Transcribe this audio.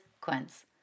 Quince